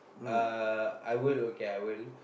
uh I will okay I will